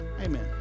Amen